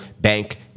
Bank